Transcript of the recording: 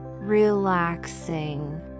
relaxing